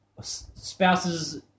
Spouses